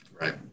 Right